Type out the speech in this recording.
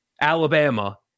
Alabama